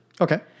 Okay